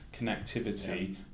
connectivity